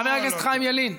חבר הכנסת חיים ילין,